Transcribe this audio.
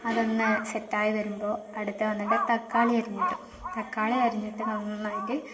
അതൊന്ന് സെറ്റ് ആയി വരുമ്പോൾ അടുത്തു വന്നിട്ട് തക്കാളി അരിഞ്ഞിടും തക്കാളി അരിഞ്ഞിട്ട് നന്നായിട്ട്